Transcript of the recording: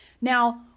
Now